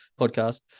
podcast